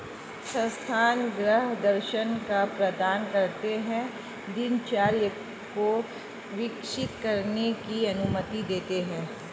संस्थान मार्गदर्शन प्रदान करते है दिनचर्या को विकसित करने की अनुमति देते है